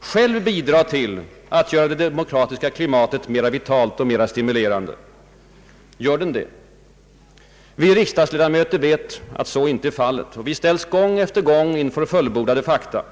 själv bidra till att göra det demokratiska klimatet mera vitalt och mera stimulerande. Gör den det? Vi riksdagsledamöter vet att så inte är fallet. Vi ställs gång efter gång inför fullbordade fakta.